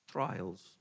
Trials